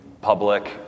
public